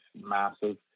massive